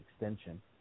extension